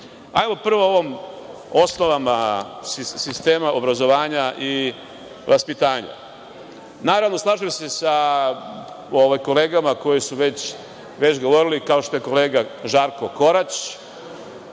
prvo o osnovama sistema obrazovanja i vaspitanja. Naravno, slažem se sa kolegama koje su već govorile i kao što je kolega Žarko Korać,